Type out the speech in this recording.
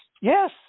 Yes